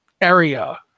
area